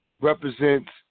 represents